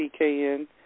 PKN